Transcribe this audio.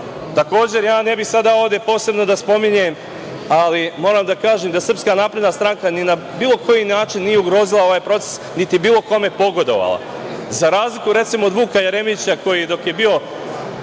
vlasti. Takođe ja ne bih sada ovde posebno da spominjem, ali moram da kažem da SNS na bilo koji način nije ugrozila ovaj proces, niti bilo kome pogodovala, za razliku, recimo, od Vuka Jeremića koji je, dok je bio